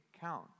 count